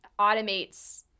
automates